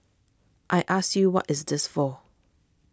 I ask you what is this for